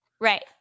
Right